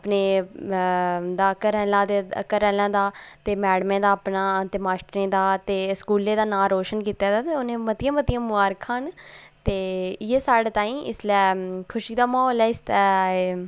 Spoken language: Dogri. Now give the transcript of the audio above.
अपने उं'दा अपने घरै आह्लें दा ते मैडमें दा अपना ते मास्टरें दा ते स्कूलै दा नांऽ रोशन कीते दा ते उ'नेंगी मतियां मतियां मुबारखां न ते इ'यै साढ़े ताहीं इसलै खुशी दा म्हौल ऐ